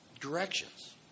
directions